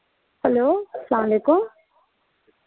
hello السلام علیکُم